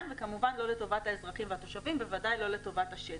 וכמובן לא לטובת האזרחים והתושבים ובוודאי לא לטובת השטח.